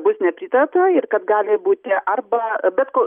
bus nepritarta ir kad gali būti arba bet ko